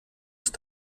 ist